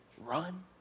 run